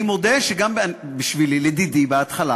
אני מודה שגם לדידי, בהתחלה